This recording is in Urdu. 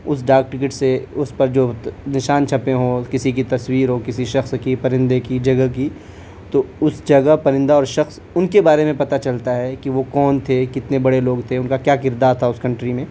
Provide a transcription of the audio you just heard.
اس ڈاک ٹکٹ سے اس پر جو نشان چھپے ہوں کسی کی تصویر ہو کسی شخص کی پرندے کی جگہ کی تو اس جگہ پرندہ اس شخص ان کے بارے میں پتہ چلتا ہے کہ وہ کون تھے کتنے بڑے لوگ تھے ان کا کیا کردار تھا اس کنٹری میں